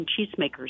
cheesemakers